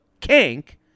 kink